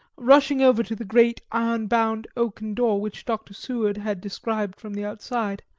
rushing over to the great iron-bound oaken door, which dr. seward had described from the outside,